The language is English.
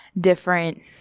different